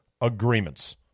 agreements